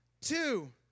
Two